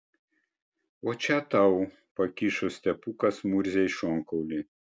o čia tau pakišo stepukas murzei šonkaulį